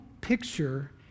picture